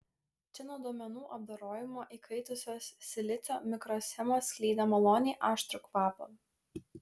čia nuo duomenų apdorojimo įkaitusios silicio mikroschemos skleidė maloniai aštrų kvapą